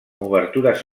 obertures